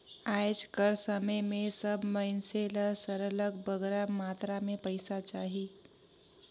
आएज कर समे में सब मइनसे ल सरलग बगरा मातरा में पइसा चाही